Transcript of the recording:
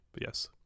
Yes